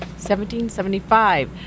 1775